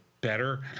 better